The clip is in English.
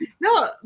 No